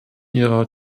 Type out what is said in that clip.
ihrer